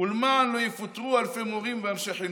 ולמען לא יפוטרו אלפי מורים ואנשי חינוך.